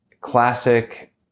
classic